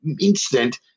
instant